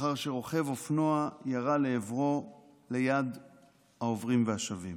לאחר שרוכב אופנוע ירה לעברו ליד העוברים והשבים,